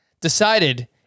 decided